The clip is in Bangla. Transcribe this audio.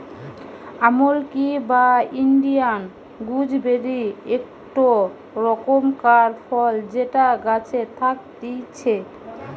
আমলকি বা ইন্ডিয়ান গুজবেরি একটো রকমকার ফল যেটা গাছে থাকতিছে